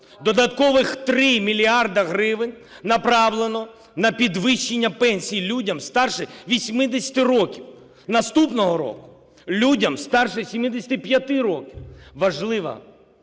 Додаткових 3 мільярда гривень направлено на підвищення пенсій людям старше 80 років, наступного року - людям старше 75 років. Важлива